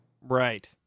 Right